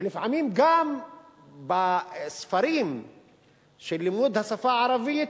ולפעמים גם הספרים ללימוד השפה הערבית,